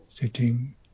sitting